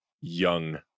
young